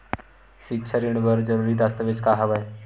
सिक्छा ऋण बर जरूरी दस्तावेज का हवय?